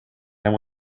and